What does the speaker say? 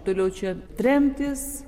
toliau čia tremtys